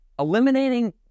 Eliminating